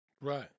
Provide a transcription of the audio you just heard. Right